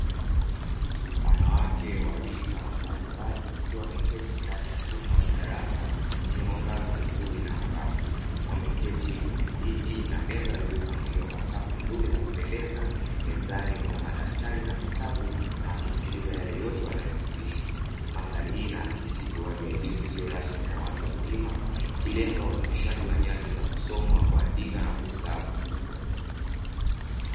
Wanawake wa rika mbalimbali wakiwa wameketi ndani ya chumba cha darasa chenye mwangaza mzuri na angavu, wameketi kwenye viti na meza vilizopangiliwa kwa safu nzuri na za kupendeza. Mezani kuna madaftari na vitabu na wakisikiliza yale yote wanayofundishwa. Mandhari hii inaakisi utoaji wa elimu isiyo rasmi na ya watu wazima ikilenga ufundishaji wa nyanja za kusoma, kuandika na kuhesabu.